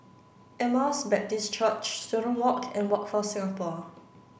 Emmaus Baptist Church Student Walk and Workforce Singapore